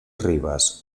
ribes